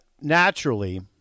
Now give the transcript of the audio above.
naturally